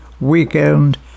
weekend